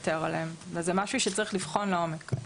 לוותר עליהם וזה משהו שצריך לבחון לעומק.